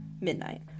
Midnight